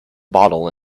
bottle